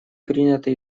приняты